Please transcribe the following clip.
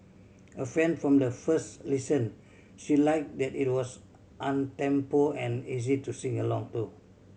a fan from the first listen she liked that it was uptempo and easy to sing along to